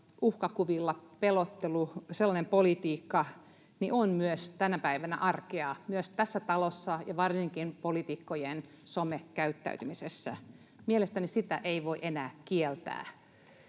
uhkakuvilla pelottelu, sellainen politiikka, on tänä päivänä arkea myös tässä talossa ja varsinkin poliitikkojen somekäyttäytymisessä. Mielestäni sitä ei voi enää kieltää.